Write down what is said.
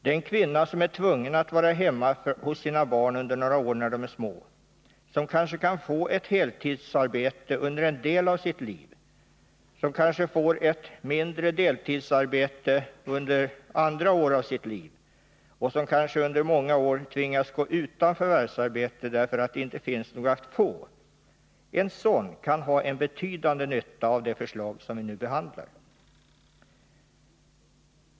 Den kvinna som är tvungen att vara hemma hos sina barn under några år när dessa är små, som kanske kan få ett heltidsarbete under en del av sitt liv, som får ett mindre deltidsarbete under andra år av sitt liv och som kanske under många år är utan förvärvsarbete därför att det inte finns något att få, kan ha betydande nytta av det förslag vi nu behandlar.